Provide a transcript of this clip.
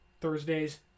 Thursdays